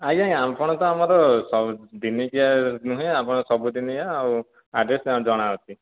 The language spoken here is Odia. ଆଜ୍ଞା ଆଜ୍ଞା ଆପଣ ତ ଆମର ସବୁ ଦିନିକିଆ ନୁହେଁ ଆପଣ ସବୁଦିନିଆ ଆଉ ଆଡ଼୍ରେସଟା ଜଣାଅଛି